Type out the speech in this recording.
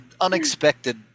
unexpected